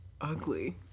ugly